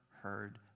heard